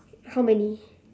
how many